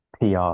PR